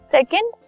Second